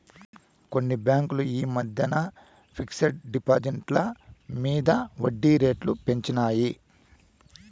కొన్ని బాంకులు ఈ మద్దెన ఫిక్స్ డ్ డిపాజిట్ల మింద ఒడ్జీ రేట్లు పెంచినాయి